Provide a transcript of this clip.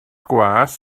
gwas